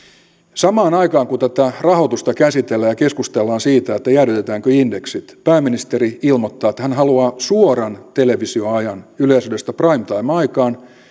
samaan aikaan kun tätä rahoitusta käsitellään ja keskustellaan siitä jäädytetäänkö indeksit pääministeri ilmoittaa että hän haluaa suoran televisioajan yleisradiosta prime time aikaan